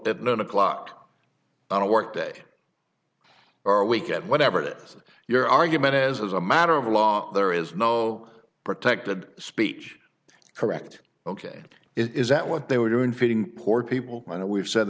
up at nine o'clock on a work day or week at whatever it is your argument is as a matter of law there is no protected speech correct ok is that what they were doing feeding poor people i know we've said